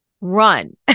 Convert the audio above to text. run